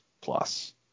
plus